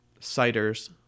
ciders